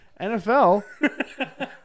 NFL